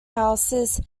houses